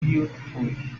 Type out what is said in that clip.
beautifully